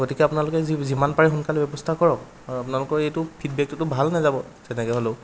গতিকে আপোনালোকে যি যিমান পাৰে সোনকালে ব্যৱস্থা কৰক আৰু আপোনালোকৰ এইটো ফীডবেকটোতো ভাল নেযাব যেনেকে হ'লেও